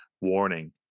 warning